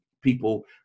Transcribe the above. people